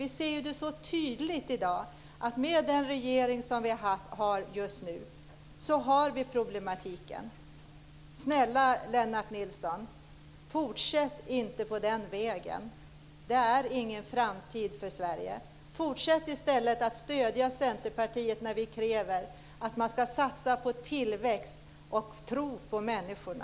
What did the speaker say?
Vi ser så tydligt att vi har de här problemen med den regering som vi har just nu. Snälla Lennart Nilsson, fortsätt inte på den vägen! Det är ingen framtid för Sverige. Stöd i stället Centerpartiet när vi kräver att man ska satsa på tillväxt och tro på människorna!